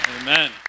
Amen